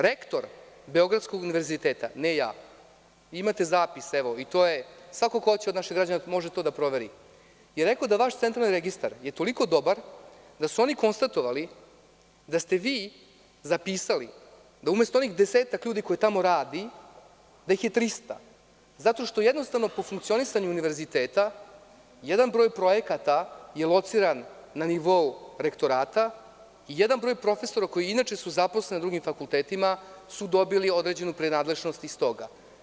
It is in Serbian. Rektor Beogradskog univerziteta, ne ja, imate zapis, svako ko hoće od naših građana može to da proveri, je rekao da vaš Centralni registar je toliko dobar, da su oni konstatovali da ste vi zapisali da, umesto onih desetak ljudi koji tamo radi, ih je 300 zato što jednostavno po funkcionisanju univerziteta jedan broj projekata je lociran na nivou rektorata i jedan broj profesora koji inače su zaposleni na drugim fakultetima su dobili određenu prinadležnost iz toga.